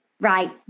Right